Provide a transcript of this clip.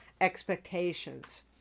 expectations